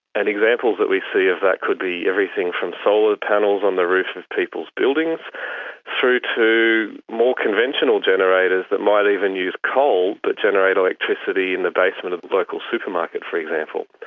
and examples that we see of that could be everything from solar panels on the roof of people's buildings through to more conventional generators that might even use coal but generate electricity in the basement of the local supermarket, for example.